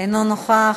אינו נוכח.